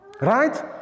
Right